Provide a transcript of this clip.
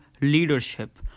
Leadership